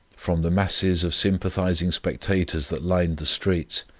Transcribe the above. from the masses of sympathizing spectators that lined the streets,